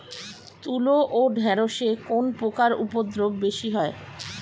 তুলো ও ঢেঁড়সে কোন পোকার উপদ্রব বেশি হয়?